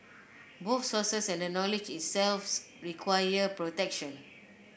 both sources and the knowledge require protection